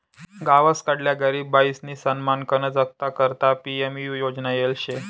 गावसकडल्या गरीब बायीसनी सन्मानकन जगाना करता पी.एम.यु योजना येल शे